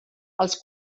els